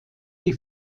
die